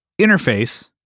interface